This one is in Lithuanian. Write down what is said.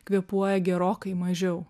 kvėpuoja gerokai mažiau